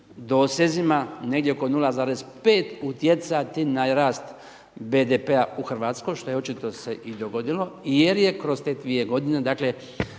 dosezima negdje oko 0,5 utjecati na rast BDP-a u Hrvatskoj što očito se i dogodilo jer je kroz te dvije godine dakle